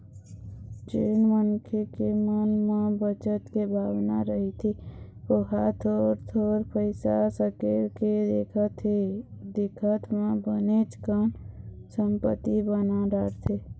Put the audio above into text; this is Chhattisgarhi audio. जेन मनखे के मन म बचत के भावना रहिथे ओहा थोर थोर पइसा सकेल के देखथे देखत म बनेच कन संपत्ति बना डारथे